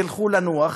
תלכו לנוח